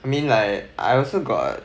I mean like I also got